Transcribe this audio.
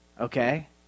Okay